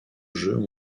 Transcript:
jeu